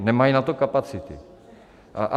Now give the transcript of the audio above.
Nemají na to kapacity.